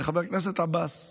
חבר הכנסת עבאס,